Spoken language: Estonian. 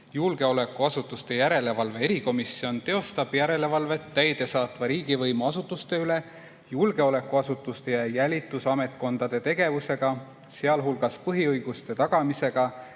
julgeolekuasutuste järelevalve erikomisjon teostab järelevalvet täidesaatva riigivõimu asutuste üle julgeolekuasutuste ja jälitusametkondade tegevusega, sealhulgas põhiõiguste tagamisega